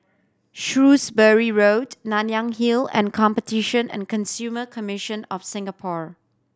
Shrewsbury Road Nanyang Hill and Competition and Consumer Commission of Singapore